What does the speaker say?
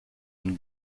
been